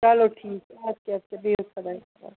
چلو ٹھیٖک چھُ اَدٕ کہِ اَدٕ کہِ بِہیٚو خۄدایَس حوالہٕ